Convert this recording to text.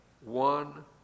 one